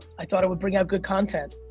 i thought i would bring out good content,